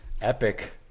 Epic